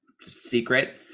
secret